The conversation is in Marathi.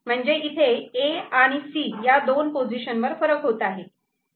म्हणजे इथे A आणि C या दोन पोझिशन वर फरक होत आहे